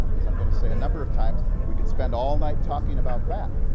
as i'm going to say a number of times, we could spend all night talking about that.